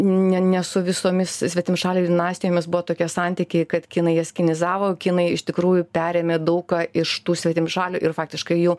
ne ne su visomis svetimšalių dinastijomis buvo tokie santykiai kad kinai jas kinizavo kinai iš tikrųjų perėmė daug ką iš tų svetimšalių ir faktiškai jų